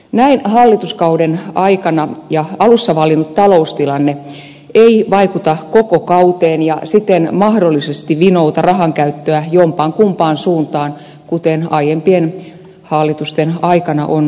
näin hallituskauden aikana ja alussa vallinnut taloustilanne ei vaikuta koko kauteen ja siten mahdollisesti vinouta rahankäyttöä jompaankumpaan suuntaan kuten aiempien hallitusten aikana on tapahtunut